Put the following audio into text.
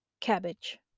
Cabbage